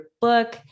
book